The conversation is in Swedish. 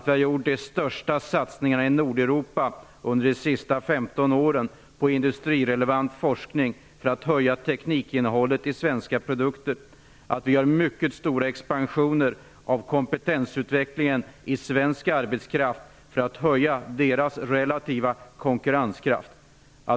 Vi har gjort de största satsningarna på 15 år i Nordeuropa på industrirelevant forskning för att höja teknikinnehållet i svenska produkter. Kompetensutvecklingen inom svensk arbetskraft expanderar kraftigt. Det sker i syfte att öka de anställdas konkurrenskraft.